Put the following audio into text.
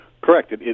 Correct